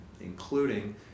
including